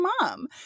mom